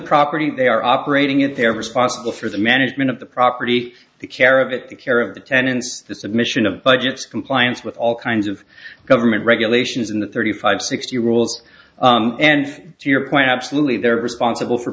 property they are operating at they're responsible for the management of the property the care of it the care of the tenants the submission of budgets compliance with all kinds of government regulations and the thirty five sixty rules and to your point absolutely they're responsible for